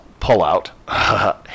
pullout